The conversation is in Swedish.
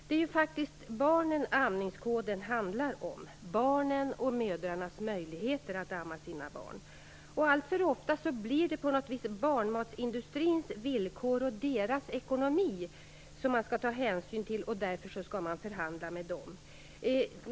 Det är faktiskt barnen amningskoden handlar om, barnen och mödrarnas möjligheter att amma sina barn. Alltför ofta blir det på något vis på barnmatsindustrins villkor och dess ekonomi som man skall ta hänsyn till, och därför skall man förhandla med industrin.